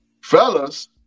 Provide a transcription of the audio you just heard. Fellas